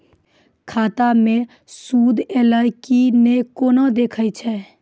खाता मे सूद एलय की ने कोना देखय छै?